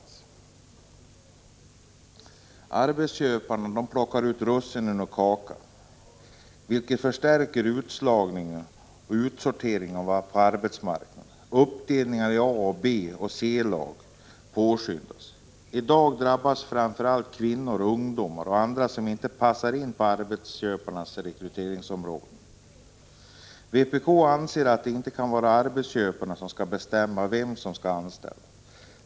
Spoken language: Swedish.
1985/86:44 Arbetsköparna ”plockar russinen ur kakan”, vilket förstärker utslagning 4 december 1985 och utsortering på arbetsmarknaden. Uppdelningen i A-, B och C-lag. 0 påskyndas. I dag drabbas främst kvinnor, ungdom och andra som inte passar in i arbetsköparnas rekryteringsmodeller. Vpk anser att det inte kan vara arbetsköparna som skall bestämma vem som skall anställas.